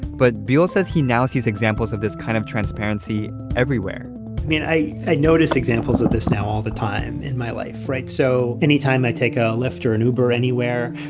but buell says he now sees examples of this kind of transparency everywhere i mean, i i noticed examples of this now all the time in my life, right? so anytime i take a lyft or an uber anywhere,